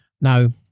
Now